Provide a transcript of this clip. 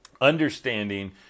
Understanding